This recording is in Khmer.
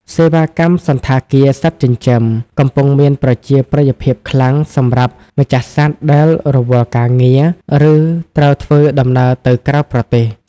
សេវាកម្មសណ្ឋាគារសត្វចិញ្ចឹម កំពុងមានប្រជាប្រិយភាពខ្លាំងសម្រាប់ម្ចាស់សត្វដែលរវល់ការងារ ឬត្រូវធ្វើដំណើរទៅក្រៅប្រទេស។